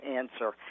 answer